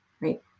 right